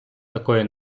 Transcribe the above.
такої